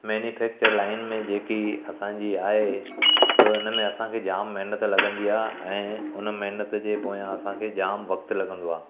manufacture line में जेकी असांजी आहे सो हुनमें असांखे जाम महिनत लॻंदी आहे ऐं हुन महिनत जे पोयां असांखे जाम वक़्तु लॻंदो आहे